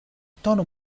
tono